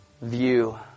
view